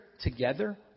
together